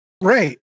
Right